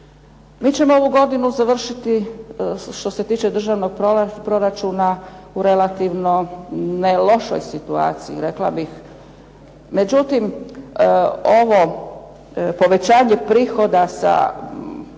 Mi ćemo ovu godinu završiti što se tiče državnog proračuna u relativno ne lošoj situaciji, rekla bih. Međutim, ovo povećanje prihoda sa